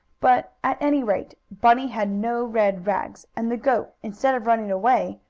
but, at any rate, bunny had no red rag and the goat, instead of running away,